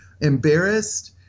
embarrassed